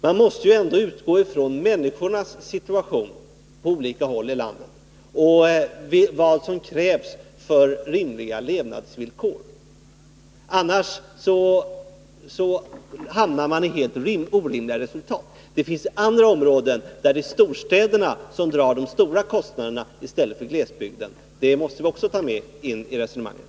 Man måste ju ändå utgå från människornas situation på olika håll i landet och vad som krävs för att uppnå rimliga levnadsvillkor, annars hamnar man i helt orimliga resultat. Det finns områden där det är storstäderna som drar de stora kostnaderna i stället för glesbygden. Det måste vi också ta med i resonemanget.